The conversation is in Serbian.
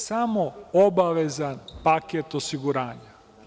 Samo obavezan paket osiguranja.